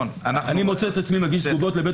אני מוצא את עצמי מגיש פעם אחרי פעם תגובות לבית